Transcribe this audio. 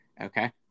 okay